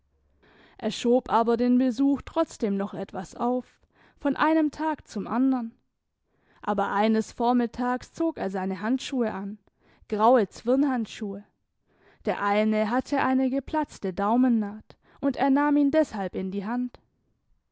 er schob aber den besuch trotzdem noch etwas auf von einem tag zum andern aber eines vormittags zog er seine handschuhe an graue zwirnhandschuhe der eine hatte eine geplatzte daumennaht und er nahm ihn deshalb in die hand